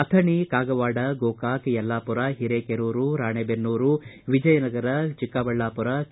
Athani Kagwad Gokak Yellapur Hirekerur Ranebennur Vijayanagara Chikkaballapur K